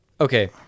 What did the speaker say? okay